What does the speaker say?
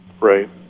right